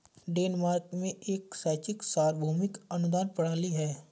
Denmark में एक शैक्षिक सार्वभौमिक अनुदान प्रणाली है